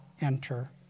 enter